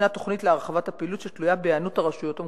יש תוכנית להרחבת הפעילות שתלויה בהיענות הרשויות המקומיות.